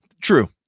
True